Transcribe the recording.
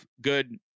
good